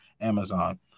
Amazon